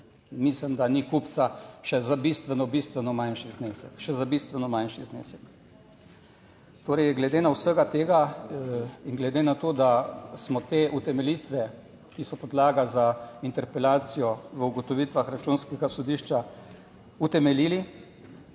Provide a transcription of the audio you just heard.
bistveno manjši znesek, še za bistveno manjši znesek. Torej, glede na vsega tega in glede na to, da smo te utemeljitve, ki so podlaga za interpelacijo v ugotovitvah Računskega sodišča utemeljili